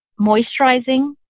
moisturizing